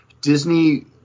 Disney